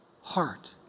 heart